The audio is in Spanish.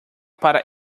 para